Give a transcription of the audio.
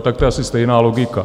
Tak to je asi stejná logika.